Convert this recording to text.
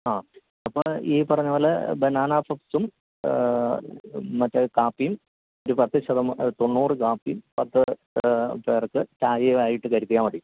ആ അപ്പോള് ഈ പറഞ്ഞപോലെ ബനാന പഫ്സും മറ്റേ കാപ്പിയും ഒരു പത്ത് തൊണ്ണൂറ് കാപ്പിയും പത്ത് പേർക്കു ചായയുയായിട്ടു കരുതിയാല് മതി